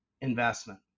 investment